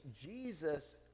Jesus